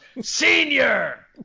Senior